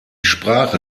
sprache